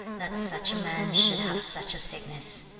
that such a man should have such a sickness